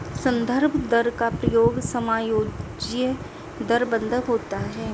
संदर्भ दर का प्रयोग समायोज्य दर बंधक होता है